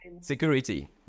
security